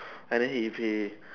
and then he he